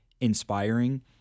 inspiring